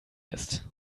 ist